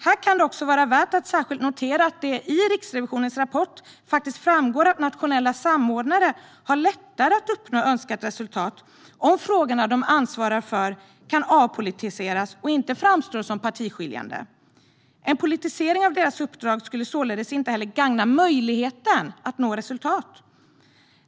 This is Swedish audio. Här kan det också vara värt att särskilt notera att det i Riksrevisionens rapport framgår att nationella samordnare har lättare att uppnå önskat resultat om frågorna de ansvarar för kan avpolitiseras och inte framstår som partiskiljande. En politisering av deras uppdrag skulle således inte heller gagna möjligheten att nå resultat.